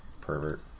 Pervert